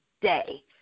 day